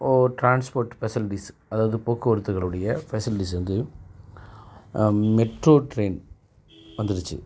ஒரு transport facilities அதாவது போக்குவரத்துகளுடைய ஃபெஷலிட்டிஸ் வந்து மெட்ரோ ட்ரெயின் வந்துடுச்சி